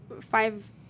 five